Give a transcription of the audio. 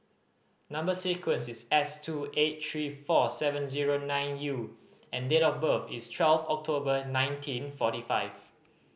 number sequence is S two eight three four seven zero nine U and date of birth is twelve October nineteen forty five